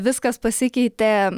viskas pasikeitė